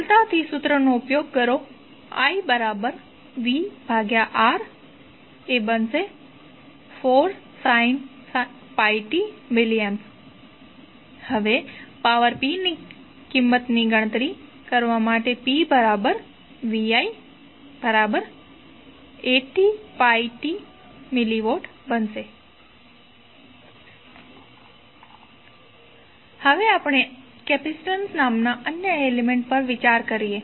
સરળતથી સૂત્રનો ઉપયોગ કરો ivR20 sin πt 51034sin πt mA હવે પાવર p ની કિંમત ગણતરી કરવા માટે pvi80πt mW હવે આપણે કેપેસિટન્સ નામના અન્ય એલિમેન્ટ્ પર વિચાર કરીએ